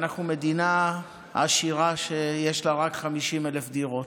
ואנחנו מדינה עשירה שיש לה רק 50,000 דירות.